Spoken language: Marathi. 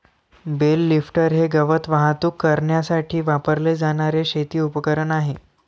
बेल लिफ्टर हे गवत वाहतूक करण्यासाठी वापरले जाणारे शेती उपकरण आहे